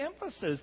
emphasis